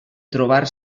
trobar